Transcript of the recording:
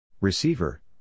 Receiver